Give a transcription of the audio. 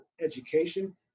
education